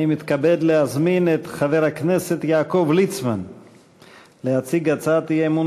אני מתכבד להזמין את חבר הכנסת יעקב ליצמן להציג הצעת אי-אמון